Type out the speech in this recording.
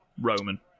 Roman